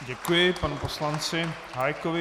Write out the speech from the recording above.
Děkuji panu poslanci Hájkovi.